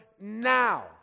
now